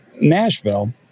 Nashville